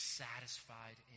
satisfied